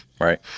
Right